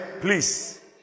please